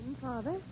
Father